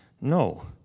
No